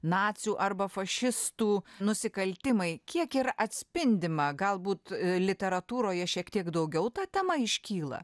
nacių arba fašistų nusikaltimai kiek yra atspindima galbūt literatūroje šiek tiek daugiau ta tema iškyla